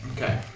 Okay